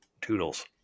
Toodles